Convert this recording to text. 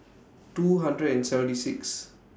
two hundred and seventy six